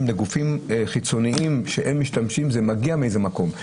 בגופים חיצוניים שמשתמשים בהם זה מתחיל מאיזה מקום.